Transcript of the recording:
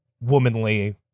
womanly